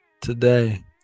Today